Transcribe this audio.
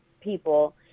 people